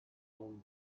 own